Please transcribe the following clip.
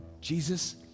Jesus